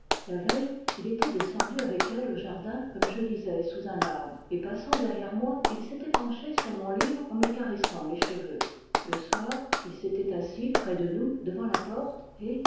la veille il était descendu avec elle au jardin comme je lisais sous un arbre et passant derrière moi il s'était penché sur mon livre en me caressant les cheveux le soir il s'était assis près de nous devant la porte et